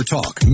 Talk